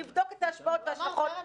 את העניין של חופש הביטוי?